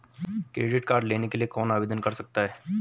Credit card लेने के लिए कौन आवेदन कर सकता है?